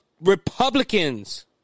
Republicans